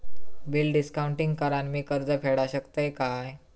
Bill discount करान मी कर्ज फेडा शकताय काय?